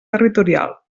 territorial